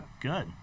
Good